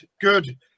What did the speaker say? good